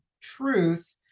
truth